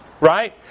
right